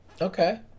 Okay